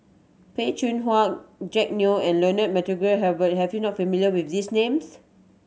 Peh Chin Hua Jack Neo and Leonard Montague Harrod have you not familiar with these names